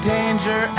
Danger